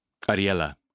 Ariella